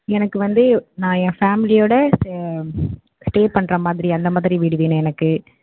எனக்கு வந்து நான் என் ஃபேமிலியோடு ஸ்டே பண்ணுற மாதிரி அந்த மாதிரி வீடு வேணும் எனக்கு